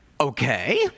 Okay